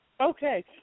Okay